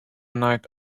night